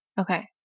Okay